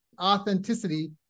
authenticity